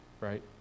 right